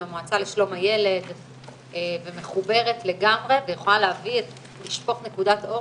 המועצה לשלום הילד ומחוברת לגמרי ויכולה לשפוך אור